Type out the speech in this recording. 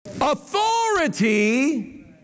Authority